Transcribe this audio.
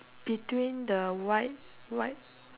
between the white white